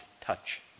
touch